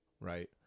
right